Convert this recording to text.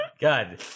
God